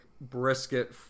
brisket